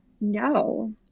No